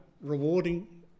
rewarding